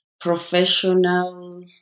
professional